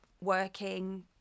working